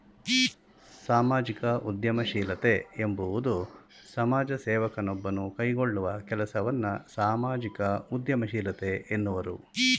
ಸಾಮಾಜಿಕ ಉದ್ಯಮಶೀಲತೆ ಎಂಬುವುದು ಸಮಾಜ ಸೇವಕ ನೊಬ್ಬನು ಕೈಗೊಳ್ಳುವ ಕೆಲಸವನ್ನ ಸಾಮಾಜಿಕ ಉದ್ಯಮಶೀಲತೆ ಎನ್ನುವರು